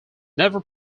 never